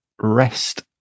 rest